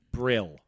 Brill